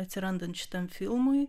atsirandant šitam filmui